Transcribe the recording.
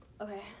Okay